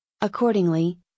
Accordingly